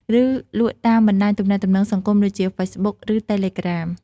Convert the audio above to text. ឬលក់តាមបណ្តាញទំនាក់ទំនងសង្គមដូចជា ហ្វេសបុក ឬ តេឡេក្រាម។